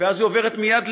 ואז היא עוברת מיד ליד.